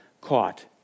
caught